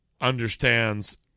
understands